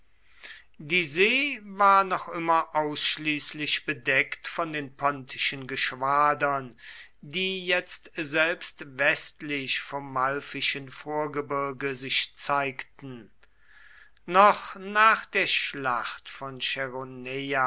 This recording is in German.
die see war noch immer ausschließlich bedeckt von den pontischen geschwadern die jetzt selbst westlich vom malfischen vorgebirge sich zeigten noch nach der schlacht von